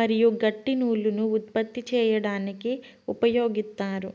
మరియు గట్టి నూలును ఉత్పత్తి చేయడానికి ఉపయోగిత్తారు